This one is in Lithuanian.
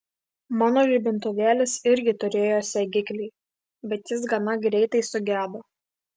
mano žibintuvėlis irgi turėjo segiklį bet jis gana greitai sugedo